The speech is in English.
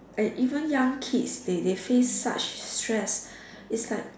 and even young kids they they face such stress it's like